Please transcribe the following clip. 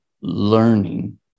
learning